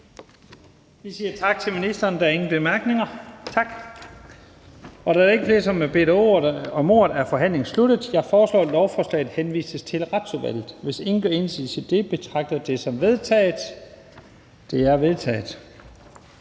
Vi siger tak til ministeren. Der er ingen korte bemærkninger. Da der ikke er flere, som har bedt om ordet, er forhandlingen sluttet. Jeg foreslår, at lovforslaget henvises til Retsudvalget. Hvis ingen gør indsigelse, betragter jeg det som vedtaget. Det er vedtaget.